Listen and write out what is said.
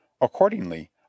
Accordingly